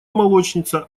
молочница